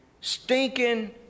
stinking